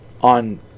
on